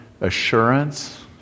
Assurance